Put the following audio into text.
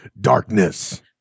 Darkness